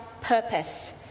purpose